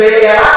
העיקר,